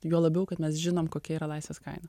juo labiau kad mes žinom kokia yra laisvės kaina